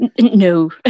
No